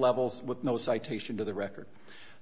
levels with no citation to the record